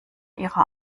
ihrer